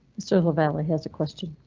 sort of lavalley has a question.